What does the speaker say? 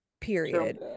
Period